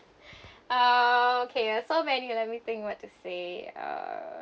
uh okay so many uh let me think what to say